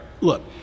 Look